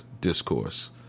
discourse